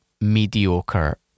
mediocre